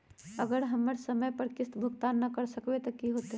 अगर हम समय पर किस्त भुकतान न कर सकवै त की होतै?